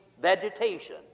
vegetation